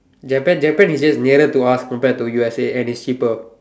Japan Japan is just nearer to us compared to U_S_A and is cheaper